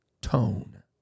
tone